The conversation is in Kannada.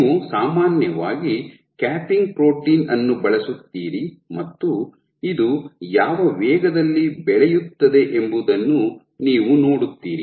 ನೀವು ಸಾಮಾನ್ಯವಾಗಿ ಕ್ಯಾಪಿಂಗ್ ಪ್ರೋಟೀನ್ ಅನ್ನು ಬಳಸುತ್ತೀರಿ ಮತ್ತು ಇದು ಯಾವ ವೇಗದಲ್ಲಿ ಬೆಳೆಯುತ್ತದೆ ಎಂಬುದನ್ನು ನೀವು ನೋಡುತ್ತೀರಿ